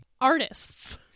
artists